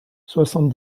soixante